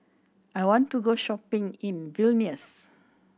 I want to go shopping in Vilnius